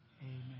Amen